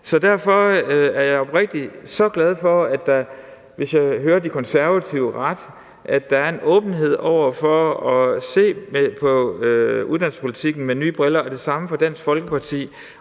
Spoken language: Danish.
Derfor er jeg oprigtigt så glad for – hvis jeg hører De Konservative ret – at der er en åbenhed over for at se på uddannelsespolitikken med nye briller, og det samme gælder Dansk Folkeparti.